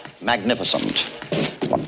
magnificent